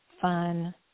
Fun